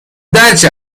درک